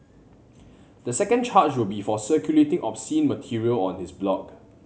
the second charge will be for circulating obscene material on his blog